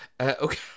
Okay